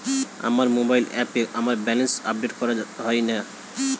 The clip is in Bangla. আমার মোবাইল অ্যাপে আমার ব্যালেন্স আপডেট করা হয় না